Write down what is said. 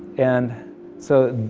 and so.